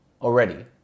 already